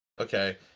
okay